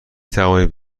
توانید